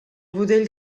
budell